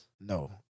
No